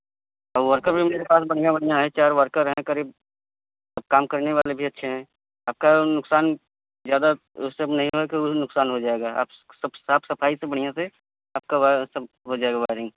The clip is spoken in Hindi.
और वर्कर भी उनके पास बढ़िया बढ़िया है चार वर्कर है करीब सब काम करने वाले भी अच्छे हैं आपका नुकसान ज़्यादा वह सब नहीं हो कि वह नुकसान हो जाएगा सब साफ़ सफ़ाई से बढ़िया से आपका सब हो जाएगा वायरिंग